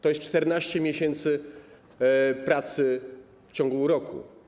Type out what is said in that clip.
To 14 miesięcy pracy w ciągu roku.